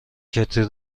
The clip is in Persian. کتری